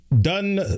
done